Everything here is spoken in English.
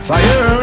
Fire